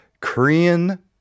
Korean